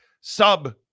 sub